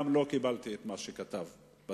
גם לא קיבלתי את מה שכתב בתקשורת.